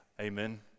Amen